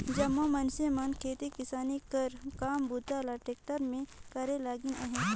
जम्मो मइनसे मन खेती किसानी कर काम बूता ल टेक्टर मे करे लगिन अहे